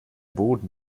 boden